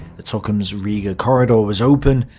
the tukums-riga corridor was open,